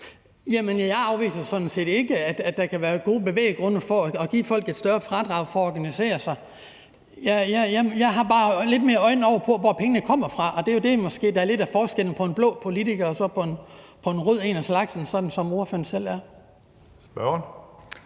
sådan set ikke, at der kan være gode bevæggrunde for at give folk et større fradrag for at organisere sig. Jeg har bare lidt mere øje på, hvor pengene kommer fra, og det er måske lidt det, der er forskellen på en blå politiker og så en rød en af slagsen, som ordføreren selv er.